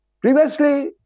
Previously